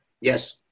Yes